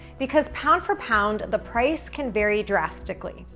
because pound for pound, the price can vary drastically.